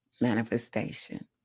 manifestation